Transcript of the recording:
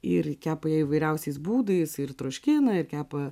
ir kepa įvairiausiais būdais ir troškina ir kepa